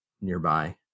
nearby